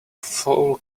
full